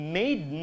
made